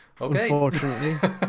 unfortunately